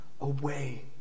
away